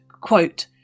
quote